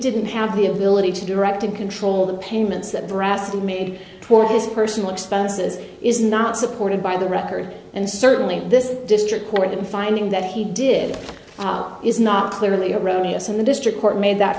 didn't have the ability to direct and control the payments that brassy made for his personal expenses is not supported by the record and certainly this district court in finding that he did is not clearly erroneous in the district court made that